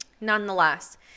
nonetheless